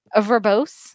verbose